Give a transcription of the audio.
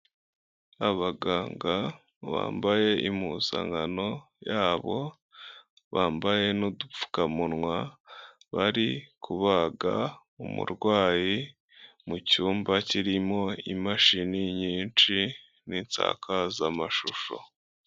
Abaganga bambaye impuzankano yabo, bambaye n'udupfukamunwa, bari kubaga umurwayi mu cyumba kirimo imashini nyinshi, n'insakazamashusho.